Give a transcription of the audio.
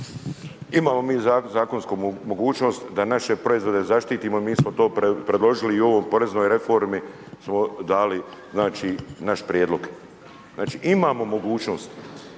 Imamo mi zakonsku mogućnost da naše proizvode zaštitimo i mi smo to predložili i u ovoj poreznoj reformi smo dali znači naš prijedlog. Znači imamo mogućnost